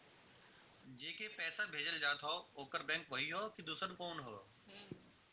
जेके पइसा भेजल जात हौ ओकर बैंक वही हौ कि दूसर कउनो हौ